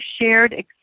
shared